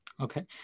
okay